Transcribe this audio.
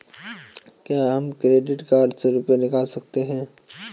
क्या हम credit card से रुपये निकाल सकते हैं?